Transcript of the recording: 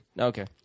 Okay